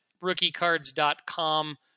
RookieCards.com